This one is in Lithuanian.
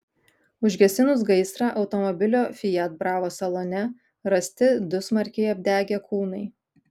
užgesinus gaisrą automobilio fiat bravo salone rasti du smarkiai apdegę kūnai